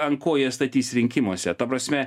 ant ko jie statys rinkimuose ta prasme